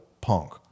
punk